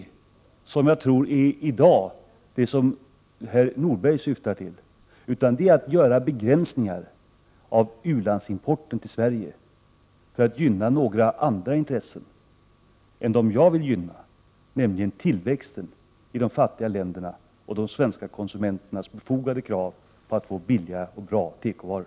Men jag tror inte att det är detta som herr Norberg i dag syftar till utan att det är att göra begränsningar av u-landsimporten till Sverige för att gynna några andra intressen än dem jag vill gynna, nämligen tillväxten i de fattiga länderna och de svenska konsumenternas befogade krav på att få billiga och bra tekovaror.